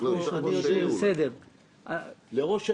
ניתן לראש העיר.